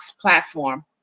platform